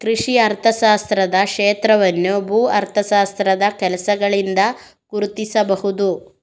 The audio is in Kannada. ಕೃಷಿ ಅರ್ಥಶಾಸ್ತ್ರದ ಕ್ಷೇತ್ರವನ್ನು ಭೂ ಅರ್ಥಶಾಸ್ತ್ರದ ಕೆಲಸಗಳಿಂದ ಗುರುತಿಸಬಹುದು